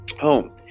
home